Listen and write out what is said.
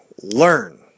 learn